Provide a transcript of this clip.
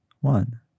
one